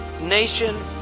nation